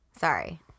Sorry